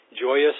joyous